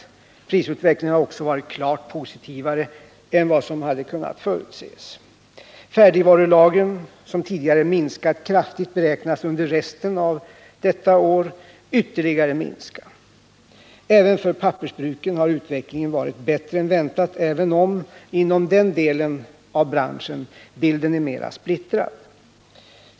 Prisutvecklingen har också varit klart positivare än vad som kunde förutses. Färdigvarulagren som tidigare har minskat kraftigt beräknas under resten av detta år ytterligare minska. Även för pappersbruken har utvecklingen varit bättre än väntat. även om — inom den delen av branschen — bilden är mera splittrad.